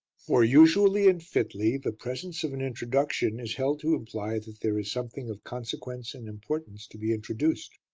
for, usually and fitly, the presence of an introduction is held to imply that there is something of consequence and importance to be introduced.